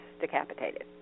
decapitated